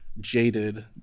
jaded